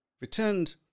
returned